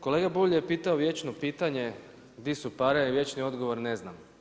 Kolega Bulj je pitao vječno pitanje gdje su pare i vječni odgovor ne znam.